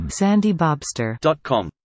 sandybobster.com